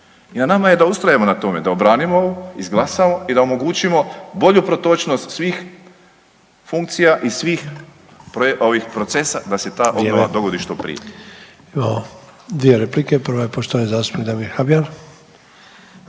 I na nama je da ustrajemo na tome, da obranimo ovo, izglasamo i da omogućimo bolju protočnost svih funkcija i svih procesa da se ta obnova dogodi što prije. **Sanader, Ante (HDZ)** Vrijeme. Imamo dvije replike.